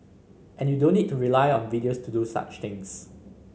and you don't need to rely on videos to do such things